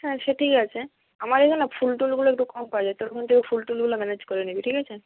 হ্যাঁ সে ঠিক আছে আমার এখানে না ফুল টুলগুলো একটু কম পাওয়া যায় তোর ওখান থেকে ফুল টুলগুলো ম্যানেজ করে নিবি ঠিক আছে